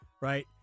right